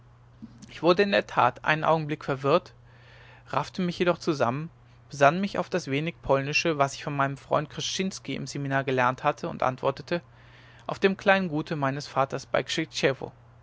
ich wurde in der tat einen augenblick verwirrt raffte mich jedoch zusammen besann mich auf das wenige polnische was ich von meinem freunde krcszinski im seminar gelernt hatte und antwortete auf dem kleinen gute meines vaters bei